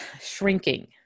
shrinking